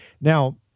now